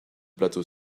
plateau